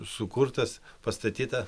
sukurtas pastatyta